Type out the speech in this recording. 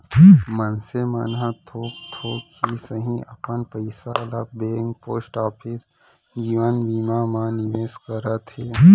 मनसे मन ह थोक थोक ही सही अपन पइसा ल बेंक, पोस्ट ऑफिस, जीवन बीमा मन म निवेस करत हे